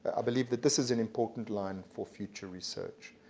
i believe that this is an important line for future research.